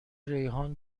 ریحان